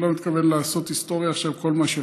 אני לא מתכוון לעשות היסטוריה של כל מה שעושים.